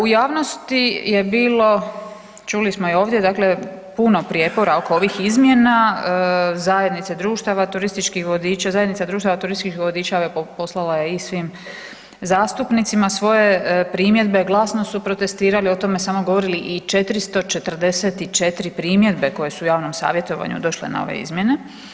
U javnosti je bilo, čuli smo i ovdje dakle puno prijepora oko ovih izmjena Zajednice društava turističkih vodiča Zajednica društava turističkih vodiča postala je i svim zastupnicima svoje primjedbe, glasno su protestirali, o tome su samo govorile i 444 primjedbe koje su javnom savjetovanju došle na ove izmjene.